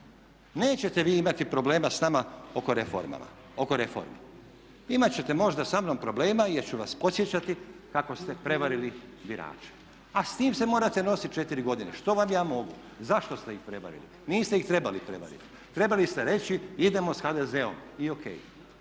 Nećete vi imati problema s nama oko reformi. Imati ćete možda samnom problema jer ću vas podsjećati kako ste prevarili birače. A s time se morate nositi četiri godine, što vam ja mogu. Zašto ste ih prevarili? Niste ih trebali prevariti. Trebali ste reći idemo sa HDZ-om i